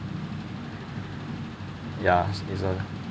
ya is a